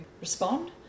respond